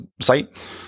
site